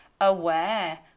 aware